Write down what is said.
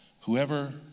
whoever